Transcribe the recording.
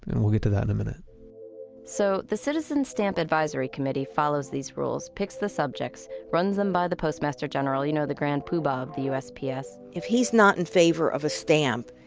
and we'll get to that in a minute so the citizen stamp advisory committee follows these rules, picks the subjects, runs them by the postmaster general you know, the grand pooh-bah of the usps if he's not in favor of a stamp,